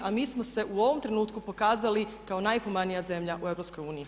A mi smo se u ovom trenutku pokazali kao najhumanija zemlja u EU.